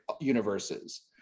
universes